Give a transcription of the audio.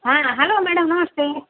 ಹಾಂ hello madam ನಮಸ್ತೇ